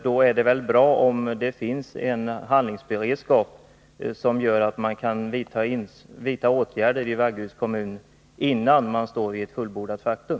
Då är det bra om det finns en handlingsberedskap som gör att man kan vidta åtgärder i Vaggeryds kommun, innan man står inför ett fullbordat faktum.